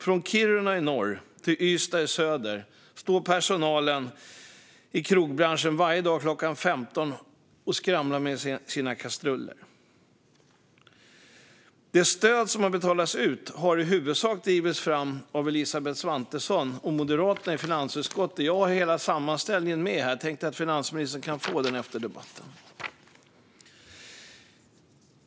Från Kiruna i norr till Ystad i söder står personalen i krogbranschen varje dag klockan 15 och skramlar med sina kastruller. De stöd som har betalats ut har i huvudsak drivits fram av Elisabeth Svantesson och Moderaterna i finansutskottet. Jag har hela sammanställningen med mig; finansministern kan få den efter debatten.